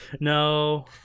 No